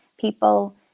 people